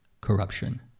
Corruption